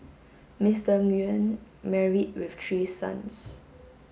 Mister Nguyen married with three sons